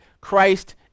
Christ